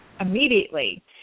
immediately